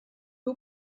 who